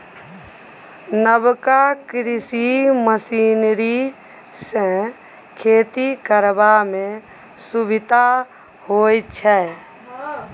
नबका कृषि मशीनरी सँ खेती करबा मे सुभिता होइ छै